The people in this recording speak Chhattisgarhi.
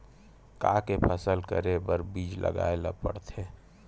का के फसल करे बर बीज लगाए ला पड़थे?